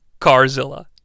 Carzilla